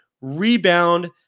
rebound